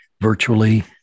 virtually